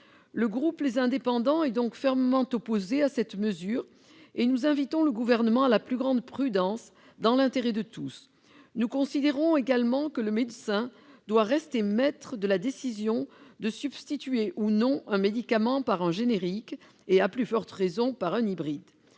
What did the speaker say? et Territoires est donc fermement opposé à cette mesure. Nous invitons le Gouvernement à la plus grande prudence, dans l'intérêt de tous. Nous considérons également que le médecin doit rester maître de la décision de remplacer ou non un médicament par un générique et, à plus forte raison, par un hybride.